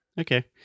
Okay